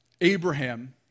Abraham